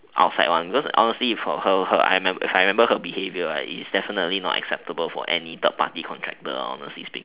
outside one cause honestly for her her I remember if I remember her behaviour it's definitely not acceptable for any third party contractor honestly speak